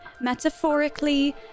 metaphorically